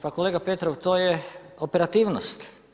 Pa kolega Petrov, to je operativnost.